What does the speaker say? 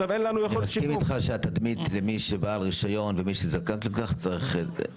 אני מסכים איתך שהתדמית של מי שבעל רישיון וזקוק לכך צריכה